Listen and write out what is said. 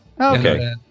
okay